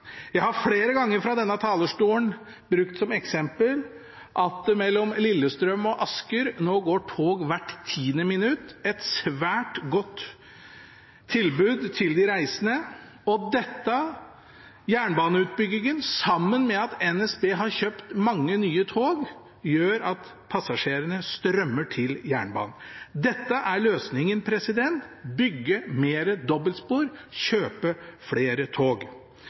Jeg har flere ganger fra denne talerstolen brukt som eksempel at det mellom Lillestrøm og Asker nå går tog hvert tiende minutt, et svært godt tilbud til de reisende, og dette – jernbaneutbyggingen og det at NSB har kjøpt mange nye tog – gjør at passasjerene strømmer til jernbanen. Dette er løsningen, bygge mer dobbeltspor og kjøpe flere tog.